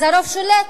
אז הרוב שולט,